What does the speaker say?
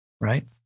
right